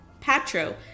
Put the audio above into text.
Patro